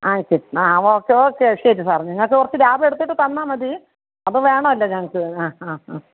ആ ശരി ആ ഓക്കേ ഓക്കെ ശരി സാറെ നിങ്ങൾക്ക് കുറച്ച് ലാഭമെടുത്തിട്ട് തന്നാൽ മതി അപ്പം വേണമല്ലൊ ഞങ്ങൾക്ക് അ അ അ